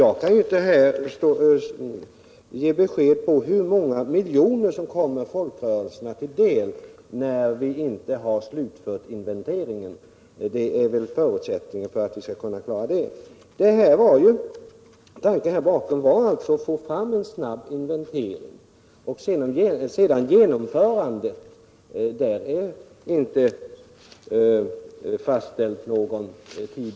Jag kan inte här ge besked om hur många miljoner som kommer folkrörelserna till del, när vi inte har slutfört inventeringen; det är väl förutsättningen. Tanken här bakom var att få fram en snabb inventering. För själva genomförandet har däremot inte fastställts någon tid.